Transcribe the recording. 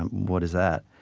and what is that?